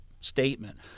statement